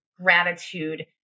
gratitude